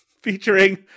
Featuring